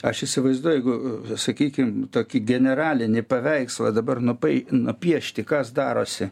aš įsivaizduoju jeigu sakykim tokį generalinį paveikslą dabar nupai nupiešti kas darosi